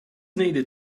needed